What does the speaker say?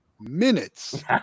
minutes